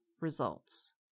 results